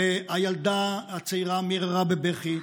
הילדה הצעירה מיררה בבכי,